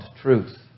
Truth